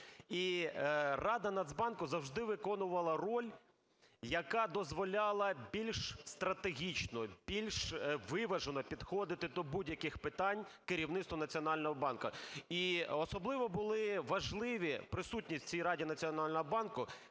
І Рада Нацбанку завжди виконувала роль, яка дозволяла більш стратегічно, більш виважено підходити до будь-яких питань керівництву Національного банку. І особливо були важливі присутність в цій Раді Національного банку